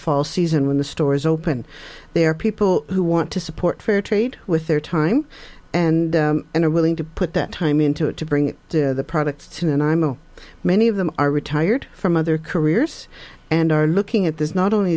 fall season when the stores open they are people who want to support fair trade with their time and and are willing to put that time into it to bring the products in and imo many of them are retired from other careers and are looking at this not only